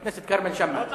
חבר הכנסת כרמל שאמה,